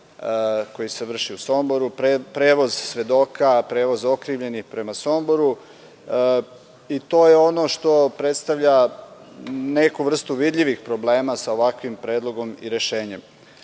koji se vrši u Somboru, prevoz svedoka, prevoz okrivljenih prema Somboru. To je ono što predstavlja neku vrstu vidljivih problema sa ovakvim predlogom i rešenjem.S